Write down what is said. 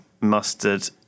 mustard